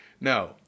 no